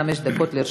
חמש דקות לרשותך.